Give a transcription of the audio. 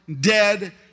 dead